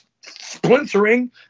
splintering